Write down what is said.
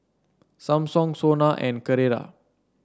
Samsung Sona and Carrera